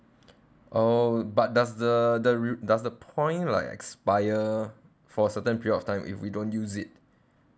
oh but does the the re~ does the point like expire for a certain period of time if we don't use it